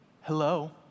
Hello